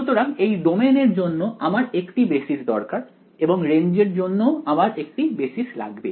সুতরাং এই ডোমেনের জন্য আমার একটি বেসিস দরকার এবং রেঞ্জের জন্যও আমার একটি বেসিস লাগবে